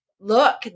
look